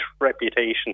reputation